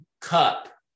cup